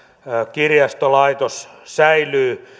kirjastolaitos säilyy